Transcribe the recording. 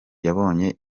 yabonye